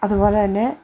അതുപോലെ തന്നെ